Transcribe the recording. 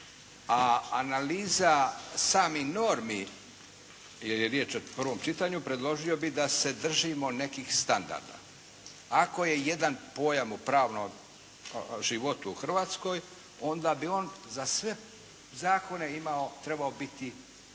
A analiza samih normi, jer je riječ o prvom čitanju, predložio bi da se držimo nekih standarda. Ako je jedan pojam u pravnom životu u Hrvatskoj, onda bi on za sve zakone trebao biti